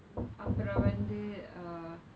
அப்புறம் வந்து:appuram vanthu uh